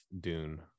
Dune